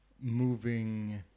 moving